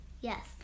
yes